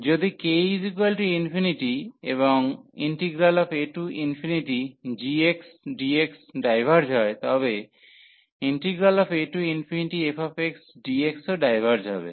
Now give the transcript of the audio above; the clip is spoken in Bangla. যদি k ∞ এবং agxdx ডাইভার্জ হয় তবে afxdx ও ডাইভার্জ হবে